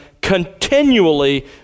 continually